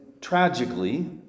tragically